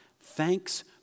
Thanks